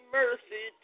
mercy